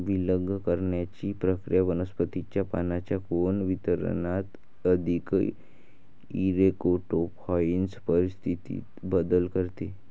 विलग करण्याची प्रक्रिया वनस्पतीच्या पानांच्या कोन वितरणात अधिक इरेक्टोफाइल परिस्थितीत बदल करते